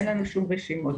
אין לנו שום רשימות